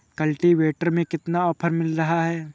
Cultivator में कितना offer मिल रहा है?